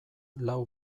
lau